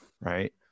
right